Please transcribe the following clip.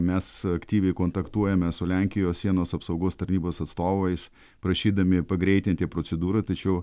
mes aktyviai kontaktuojame su lenkijos sienos apsaugos tarnybos atstovais prašydami pagreitinti procedūrą tačiau